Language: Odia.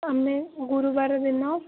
ଆମେ ଗୁରୁବାର ଦିନ